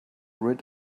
rid